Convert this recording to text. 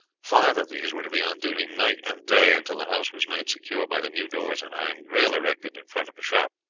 five of these were to be on duty night and day until the house was made secure by the new doors and iron grill erected in front of the shop.